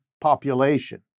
population